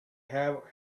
have